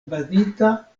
bazita